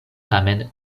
tamen